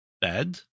bed